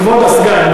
כבוד הסגן.